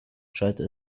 schallte